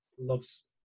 loves